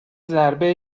ضربه